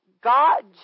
God